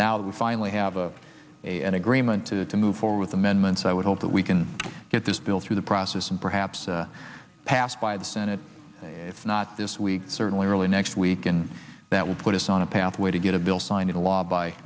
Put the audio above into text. now we finally have a a an agreement to to move forward with amendments i would hope that we can get this bill through the process and perhaps pass by the senate if not this week certainly early next week and that would put us on a pathway to get a bill signed into law by